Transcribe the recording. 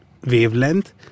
wavelength